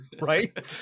right